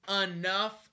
enough